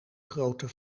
grootte